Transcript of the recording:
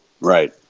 Right